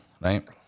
right